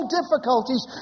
difficulties